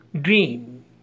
dream